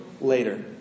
later